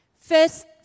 First